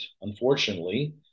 Unfortunately